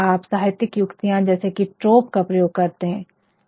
आप साहित्यिक युक्तियां जैसे कि ट्रोप का प्रयोग करते हैं